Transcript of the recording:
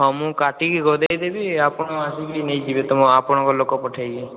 ହଁ ମୁଁ କାଟିକି ଗଦାଇ ଦେବି ଆପଣ ଆସିକି ନେଇଯିବେ ତମ ଆପଣଙ୍କ ଲୋକ ପଠାଇକି